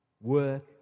work